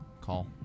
call